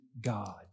God